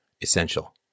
Essential